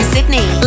Sydney